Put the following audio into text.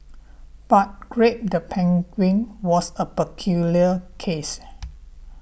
but grape the penguin was a peculiar case